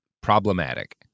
Problematic